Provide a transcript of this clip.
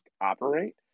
operate